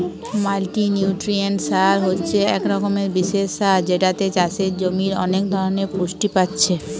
multinutrient সার হচ্ছে এক রকমের বিশেষ সার যেটাতে চাষের জমির অনেক ধরণের পুষ্টি পাচ্ছে